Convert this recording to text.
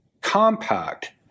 compact